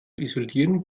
isolieren